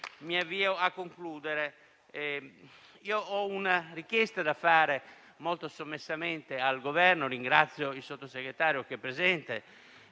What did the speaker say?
mi avvio a concludere. Ho una richiesta da fare molto sommessamente al Governo e ringrazio il sottosegretario Sisto, che è qui presente.